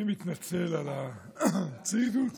אני מתנצל על הצרידות